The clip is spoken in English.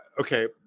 okay